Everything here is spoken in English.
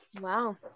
Wow